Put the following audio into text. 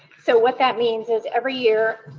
so, what that means is every year